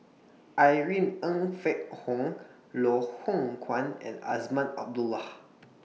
Irene Ng Phek Hoong Loh Hoong Kwan and Azman Abdullah